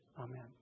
Amen